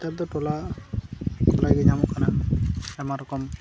ᱱᱮᱛᱟᱨ ᱫᱚ ᱴᱚᱞᱟ ᱴᱚᱞᱟ ᱜᱮ ᱧᱟᱢᱚᱜ ᱠᱟᱱᱟ ᱟᱭᱢᱟ ᱨᱚᱠᱚᱢ